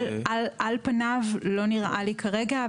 על פניו לא נראה לי כרגע.